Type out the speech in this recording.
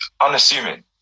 Unassuming